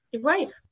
Right